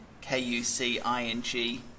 K-U-C-I-N-G